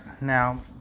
now